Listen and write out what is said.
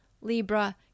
Libra